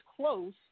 close